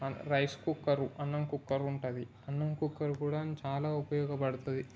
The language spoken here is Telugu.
రైస్ కుక్కర్ అన్నం కుక్కర్ ఉంటుంది అన్నం కుక్కర్ కూడా చాలా ఉపయోగపడుతుంది